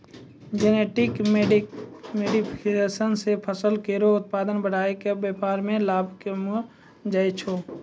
genetic modification सें फसल केरो उत्पादन बढ़ाय क व्यापार में लाभ कमैलो जाय छै